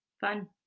Fun